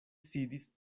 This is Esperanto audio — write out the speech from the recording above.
sidis